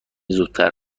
زودتر